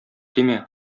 тимә